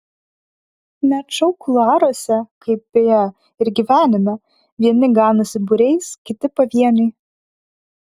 net šou kuluaruose kaip beje ir gyvenime vieni ganosi būriais kiti pavieniui